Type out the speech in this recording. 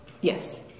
yes